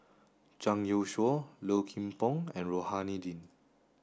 Zhang Youshuo Low Kim Pong and Rohani Din